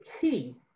key